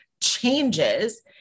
changes